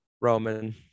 Roman